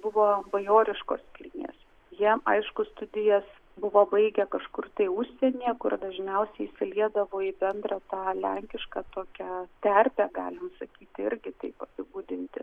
buvo bajoriškos kilmės jie aišku studijas buvo baigę kažkur tai užsienyje kur dažniausiai įsiliedavo į bendrą tą lenkišką tokią terpę galim sakyti irgi taip apibūdinti